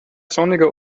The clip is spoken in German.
sonniger